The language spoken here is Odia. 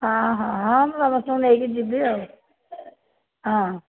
ହଁ ହଁ ହଁ ମୁଁ ସମସ୍ତଙ୍କୁ ନେଇକି ଯିବି ଆଉ ହଁ